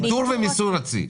ניטור ומיסוי רציף.